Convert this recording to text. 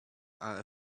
are